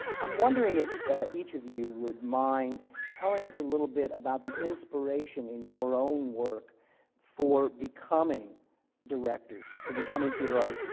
i'm wondering if each of you would mind telling us a little bit about the inspiration in your own work for becoming directors, for becoming theatre artists,